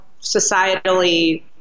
societally